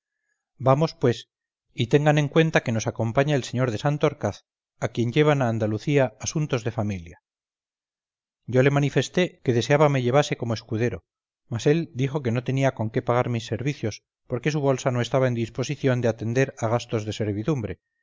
vamos pues y tengan en cuenta que nos acompaña el sr de santorcaz a quien llevan a andalucía asuntos de familia yo le manifesté que deseaba me llevase como escudero mas él dijo que no tenía con qué pagar mis servicios porque su bolsa no estaba en disposición de atender a gastos de servidumbre